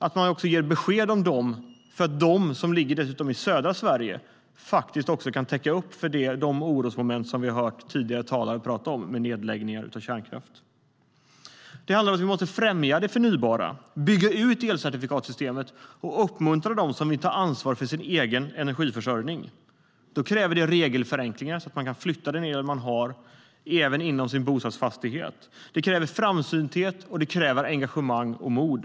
Det kräver att man ger besked om dem för att de, som dessutom ligger i södra Sverige, ska kunna täcka upp för de orosmoment i form av nedläggningar av kärnkraft vi har hört tidigare talare ta upp. Det handlar om att vi måste främja det förnybara, bygga ut elcertifikatssystemet och uppmuntra dem som vill ta ansvar för sin egen energiförsörjning. Det kräver regelförenklingar så att man kan flytta den el man har även inom sin bostadsfastighet. Det kräver framsynthet, och det kräver engagemang och mod.